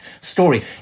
story